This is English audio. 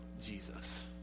Jesus